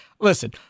Listen